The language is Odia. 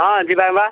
ହଁ ଯିବା ବା